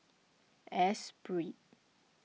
Espirit